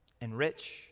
Enrich